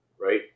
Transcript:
right